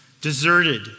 deserted